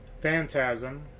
phantasm